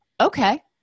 Okay